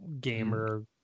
gamer